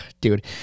dude